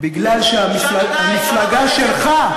בגלל שהמפלגה שלך,